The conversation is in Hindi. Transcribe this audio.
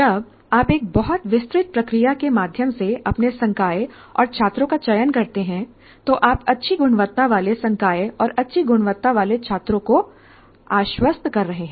जब आप एक बहुत विस्तृत प्रक्रिया के माध्यम से अपने संकाय और छात्रों का चयन करते हैं तो आप अच्छी गुणवत्ता वाले संकाय और अच्छी गुणवत्ता वाले छात्रों को आश्वस्त कर रहे हैं